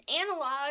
analog